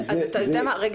--- אתה יודע מה, רגע.